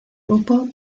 grupo